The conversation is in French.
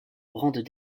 rendent